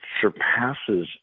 surpasses